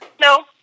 No